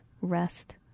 rest